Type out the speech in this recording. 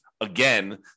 again